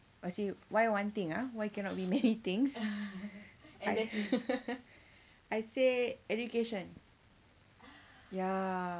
actually why one thing ah why cannot be many things I say education ya